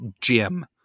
Jim